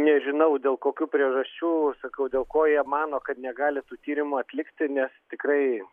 nežinau dėl kokių priežasčių sakau dėl ko jie mano kad negali tų tyrimų atlikti nes tikrai